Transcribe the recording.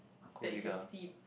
that you can see